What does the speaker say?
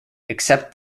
except